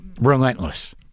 relentless